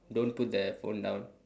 don't put the phone down